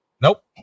Nope